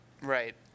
Right